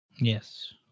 Yes